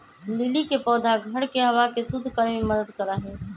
lily के पौधा घर के हवा के शुद्ध करे में मदद करा हई